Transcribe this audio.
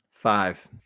Five